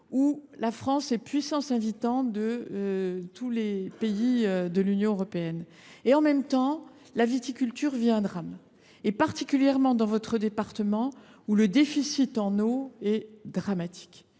où la France sera la puissance invitante de tous les pays de l’Union européenne, tandis que, dans le même temps, la viticulture vit un drame. C’est particulièrement le cas dans votre département, où le déficit en eau est dramatique.